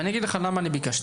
ואני אגיד לך למה אני ביקשתי.